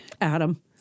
Adam